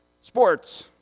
Sports